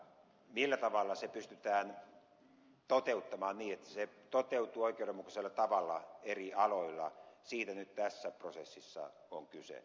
millä tavalla se pystytään toteuttamaan niin että se toteutuu oikeudenmukaisella tavalla eri aloilla siitä nyt tässä prosessissa on kyse